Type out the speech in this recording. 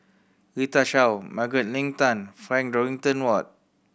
Rita Chao Margaret Leng Tan Frank Dorrington Ward